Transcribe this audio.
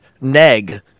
neg